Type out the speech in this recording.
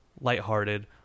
lighthearted